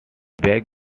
beg